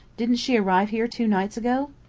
didn't she arrive here two nights ago?